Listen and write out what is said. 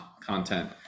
content